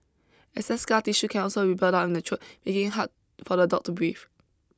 excess scar tissue can also build up in the throat making it hard for the dog to breathe